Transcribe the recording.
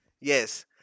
Yes